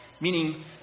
Meaning